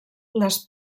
les